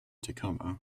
tacoma